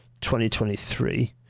2023